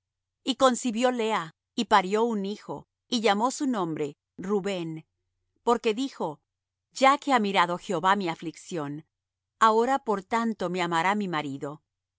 y concibió lea y parió un hijo y llamó su nombre rubén porque dijo ya que ha mirado jehová mi aflicción ahora por tanto me amará mi marido